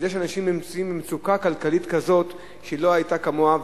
זה שאנשים נמצאים במצוקה כלכלית כזאת שלא היתה כמוה,